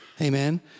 Amen